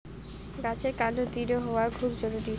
গাছের কান্ড দৃঢ় হওয়া খুব জরুরি